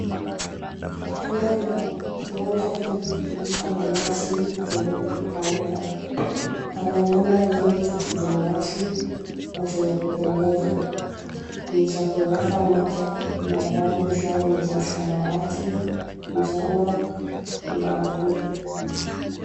Kando ya kiwanja hiki kilicho na nyasi zimekauka, pana nyumba nyingi za kibinafsi na zenye kupendeza. Ni za ghorofa moja na rangi zao ni za samawati, njano na waridi.